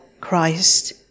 Christ